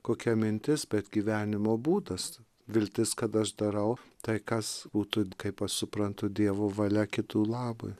kokia mintis bet gyvenimo būdas viltis kad aš darau tai kas būtų kaip aš suprantu dievo valia kitų labui